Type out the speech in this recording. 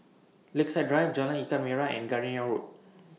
Lakeside Drive Jalan Ikan Merah and Gardenia Road